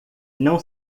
não